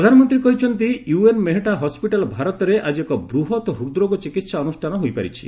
ପ୍ରଧାନମନ୍ତ୍ରୀ କହିଛନ୍ତି U N Mehta hospital ଭାରତରେ ଆଜି ଏକ ବୃହତ ହୃଦ୍ରୋଗ ଚିକିତ୍ସା ଅନୁଷାନ ହୋଇପାରିଛି